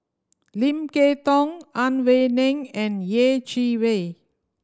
Lim Kay Tong Ang Wei Neng and Yeh Chi Wei